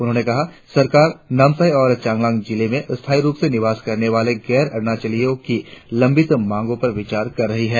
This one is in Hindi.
उन्होंने कहा सरकार नामसाई और चांगलांग जिले में स्थायी रुप से निवास करने वाले गैर अरुणाचलियों की लंबित मांगो पर विचार कर रही है